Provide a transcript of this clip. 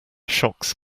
shocks